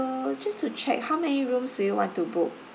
just to check how many rooms do you want to book